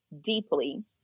deeply